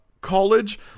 college